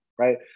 right